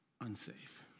unsafe